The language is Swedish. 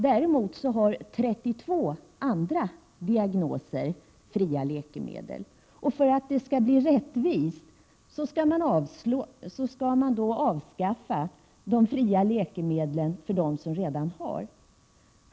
Däremot har patienter med någon av 32 andra diagnoser fria läkemedel, och för att det skall bli rättvist skall man avskaffa de fria läkemedlen för dem som redan har sådana.